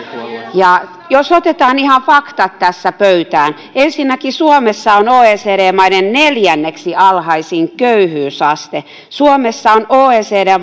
jos otetaan ihan faktat tässä pöytään ensinnäkin suomessa on oecd maiden neljänneksi alhaisin köyhyysaste suomessa on oecd